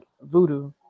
voodoo